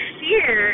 fear